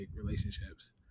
relationships